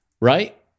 right